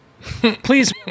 please